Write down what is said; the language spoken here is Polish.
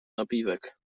napiwek